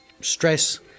Stress